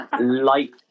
light